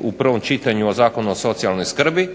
u prvom čitanju i o Zakonu o socijalnoj skrbi